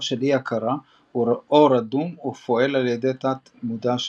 של אי הכרה או רדום ופועל על ידי התת-מודע שלו.